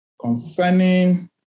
concerning